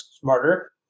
smarter